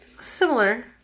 Similar